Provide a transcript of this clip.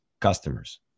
customers